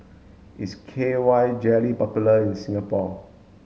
is K Y jelly popular in Singapore